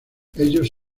ellos